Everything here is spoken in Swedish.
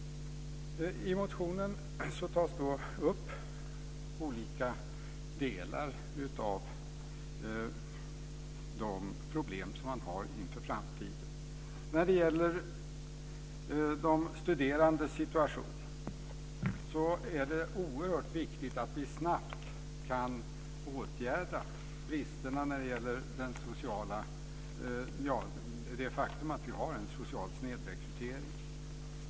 I motionen tas upp olika delar av de problem man har inför framtiden. Det oerhört viktigt att vi snabbt kan åtgärda bristerna i de studerandes situation och det faktum att vi har en social snedrekrytering.